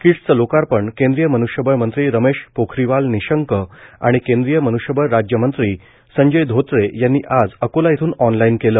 किटसद्यं लोकार्पण केंद्रीय मानव संसाधन मंत्री रमेश पोखरीवाल निशंक आणि केंद्रीय मानव संसाधन राज्यमंत्री संजय धोत्रे यांनी आज अकोला इथून ऑनलाइन केलं